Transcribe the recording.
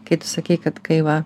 kai tu sakei kad kai va